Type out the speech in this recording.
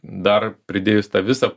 dar pridėjus tą visą